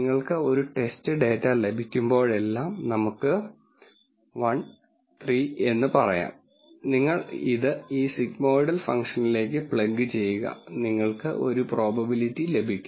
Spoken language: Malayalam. നിങ്ങൾക്ക് ഒരു ടെസ്റ്റ് ഡാറ്റ ലഭിക്കുമ്പോഴെല്ലാം നമുക്ക് 1 3 എന്ന് പറയാം നിങ്ങൾ ഇത് ഈ സിഗ്മോയ്ഡൽ ഫംഗ്ഷനിലേക്ക് പ്ലഗ് ചെയ്യുക നിങ്ങൾക്ക് ഒരു പ്രോബബിലിറ്റി ലഭിക്കും